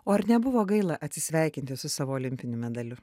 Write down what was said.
o ar nebuvo gaila atsisveikinti su savo olimpiniu medaliu